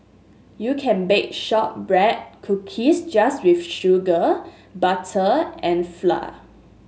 you can bake shortbread cookies just with sugar butter and flour